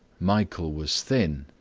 michael was thin,